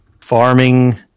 farming